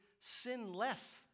sinless